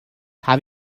have